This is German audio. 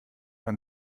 ein